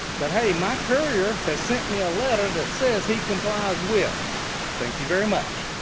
that hey, my courier has sent me a letter that says he complies with thank you very much.